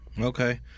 Okay